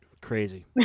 Crazy